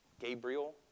Gabriel